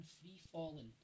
free-falling